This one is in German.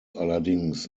allerdings